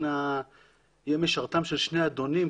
יהיה משרתם של שני אדונים,